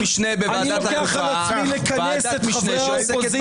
אני לוקח על עצמי לכנס את חברי האופוזיציה